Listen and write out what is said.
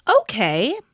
Okay